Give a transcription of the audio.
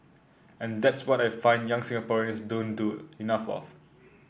and that's what I find young Singaporeans don't do enough of